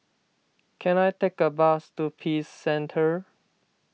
can I take a bus to Peace Centre